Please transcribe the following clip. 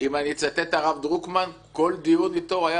אם אני אצטט את הרב דרוקמן: כל דיון אתו הוא היה